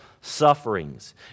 sufferings